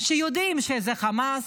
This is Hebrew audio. שיודעים שהם חמאס,